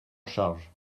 charge